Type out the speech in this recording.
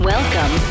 Welcome